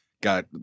Got